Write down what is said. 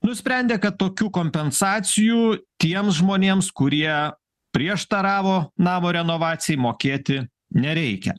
nusprendė kad tokių kompensacijų tiems žmonėms kurie prieštaravo namo renovacijai mokėti nereikia